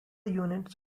units